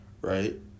right